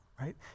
right